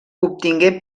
obtingué